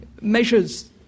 measures